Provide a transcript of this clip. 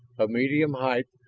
of medium height,